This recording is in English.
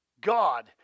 God